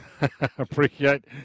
Appreciate